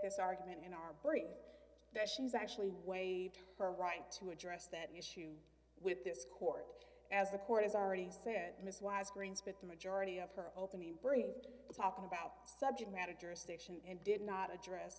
this argument in our brain that she's actually waived her right to address that issue with this court as the court has already said miss wise green spent the majority of her opening bringing talking about subject matter jurisdiction and did not address